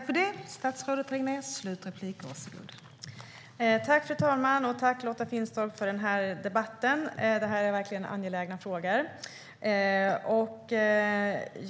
Fru talman! Tack, Lotta Finstorp, för debatten! Det här är verkligen angelägna frågor.